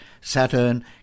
Saturn